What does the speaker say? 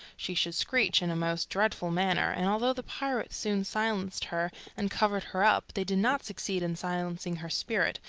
she should screech in a most dreadful manner, and although the pirates soon silenced her and covered her up, they did not succeed in silencing her spirit,